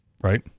right